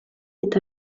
est